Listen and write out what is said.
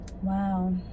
Wow